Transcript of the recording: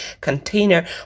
container